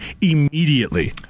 immediately